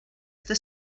jste